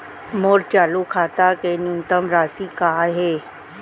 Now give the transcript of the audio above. मोर चालू खाता के न्यूनतम राशि का हे?